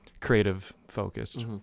creative-focused